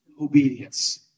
Obedience